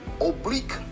oblique